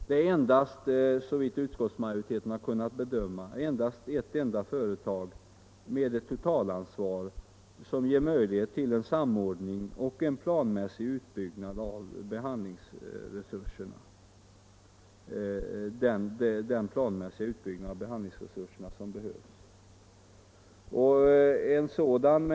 Det är, såvitt utskottsmajoriteten har kunnat bedöma, endast ett företag med totalansvar som ger möjlighet till en samordning och till den planmässiga utbyggnad av behandlingsresurserna som behövs.